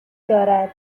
دارد